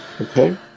Okay